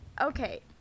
okay